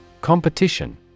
Competition